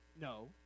No